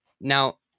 Now